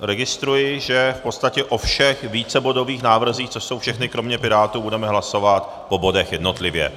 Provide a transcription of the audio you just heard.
Registruji, že v podstatě o všech vícebodových návrzích, což jsou všechny kromě Pirátů, budeme hlasovat po bodech jednotlivě.